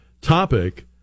topic